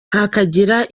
hakagira